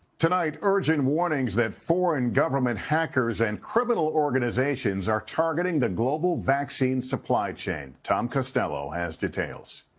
tonight urgent warnings that foreign government hackers and criminal organizations are targeting the global vaccine supply chain. tom costello has details.